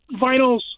vinyls